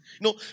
No